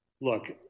look